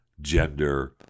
gender